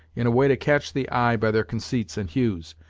in a way to catch the eye by their conceits and hues.